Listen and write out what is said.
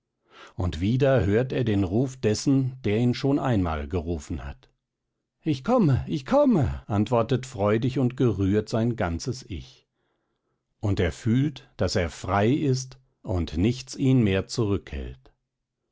und wieder hört er den ruf dessen der ihn schon einmal gerufen hat ich komme ich komme antwortet freudig und gerührt sein ganzes ich und er fühlt daß er frei ist und nichts ihn mehr zurückhält